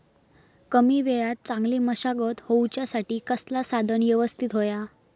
कमी वेळात चांगली मशागत होऊच्यासाठी कसला साधन यवस्तित होया?